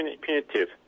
punitive